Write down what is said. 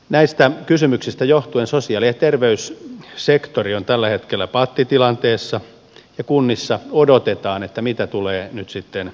näistä kysymyksistä johtuen sosiaali ja terveyssektori on tällä hetkellä pattitilanteessa ja kunnissa odotetaan mitä tulee nyt sitten tapahtumaan